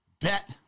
Bet